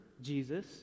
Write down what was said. jesus